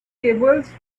cables